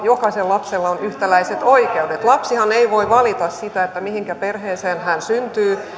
jokaisella lapsella on yhtäläiset oikeudet lapsihan ei voi valita sitä mihinkä perheeseen hän syntyy